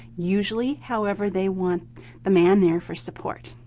usually, however, they want the man there for support.